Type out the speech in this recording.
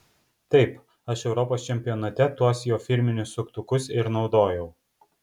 taip aš europos čempionate tuos jo firminius suktukus ir naudojau